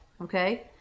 okay